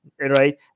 right